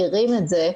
מכירים את זה,